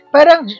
Parang